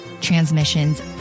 transmissions